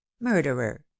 murderer